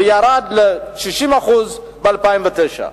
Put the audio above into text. ירד עד ל-60% ב-2009.